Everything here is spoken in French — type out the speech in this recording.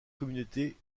communauté